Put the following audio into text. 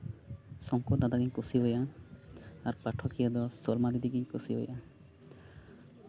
ᱥᱚᱝᱠᱚᱨ ᱫᱟᱫᱟᱜᱮᱧ ᱠᱩᱥᱤ ᱟᱭᱟ ᱟᱨ ᱯᱟᱴᱷᱚᱠᱤᱭᱟᱹ ᱫᱚ ᱥᱚᱞᱢᱟ ᱫᱤᱫᱤ ᱜᱮᱧ ᱠᱩᱥᱤ ᱟᱭᱟ